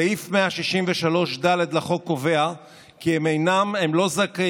סעיף 163(ד) לחוק קובע כי הם לא זכאים